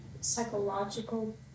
psychological